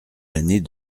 l’année